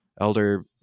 Elder